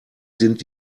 sind